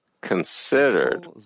considered